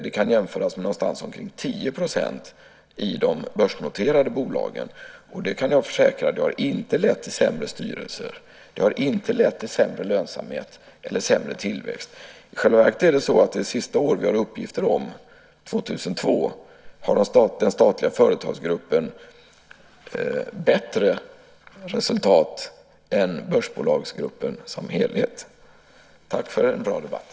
Det kan jämföras med någonstans kring 10 % i de börsnoterade bolagen. Jag kan försäkra att det inte lett till sämre styrelser, och det har inte lett till sämre lönsamhet eller sämre tillväxt. I själva verket är det så att det sista år vi har uppgifter om, 2002, har den statliga företagsgruppen bättre resultat än börsbolagsgruppen som helhet. Tack för en bra debatt.